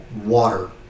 water